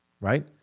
Right